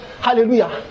Hallelujah